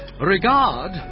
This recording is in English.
regard